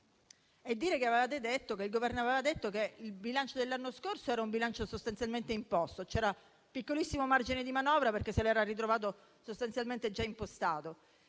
E pensare che il Governo aveva detto che il bilancio dell'anno scorso era sostanzialmente imposto, c'era piccolissimo margine di manovra, perché se l'era ritrovato sostanzialmente già impostato,